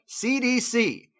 CDC